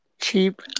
Cheap